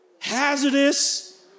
hazardous